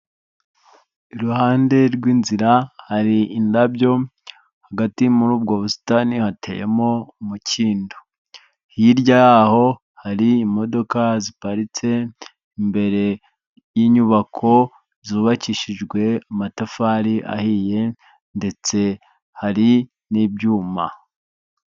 Iruhande rw'inzira hari indabyo, hagati muri ubwo busitani hateyemo umukindo, hirya y'aho hari imodoka ziparitse imbere y'inyubako zubakishijwe amatafari ahiye ndetse hari n'ibyuma.